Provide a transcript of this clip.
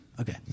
Okay